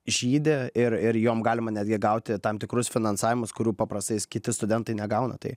žydi ir ir jom galima netgi gauti tam tikrus finansavimus kurių paprastai kiti studentai negauna tai